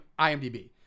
IMDb